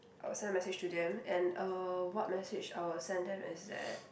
I'll send a message to them and uh what message I will send them is that